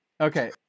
Okay